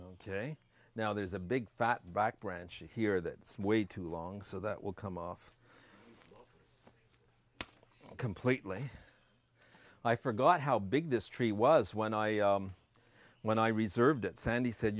ok now there's a big fat black branch here that it's way too long so that will come off completely i forgot how big this tree was when i when i reserved it sandy said